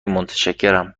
متشکرم